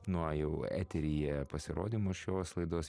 nuo jau eteryje pasirodymo šios laidos